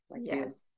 Yes